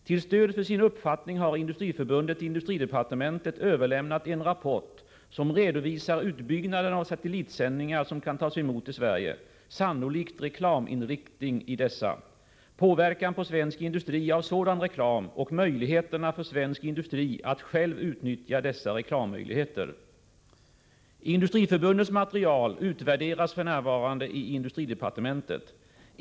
Till stöd för sin uppfattning har Industriförbundet till industridepartementet överlämnat en rapport som redovisar utbyggnaden av satellitsändningar som kan tas emot i Sverige, sannolik reklaminriktning i dessa, påverkan på svensk industri av sådan reklam och möjligheterna för svensk industri att själv utnyttja dessa reklammöjligheter. Industriförbundets material utvärderas f.n. i industridepartementet.